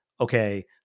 okay